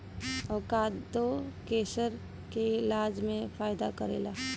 avocado cancer के इलाज में फायदा करेला